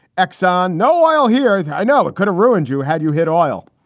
exxon, no oil here. i know it could have ruined you had you hit oil.